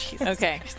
Okay